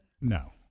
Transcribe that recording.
No